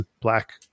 black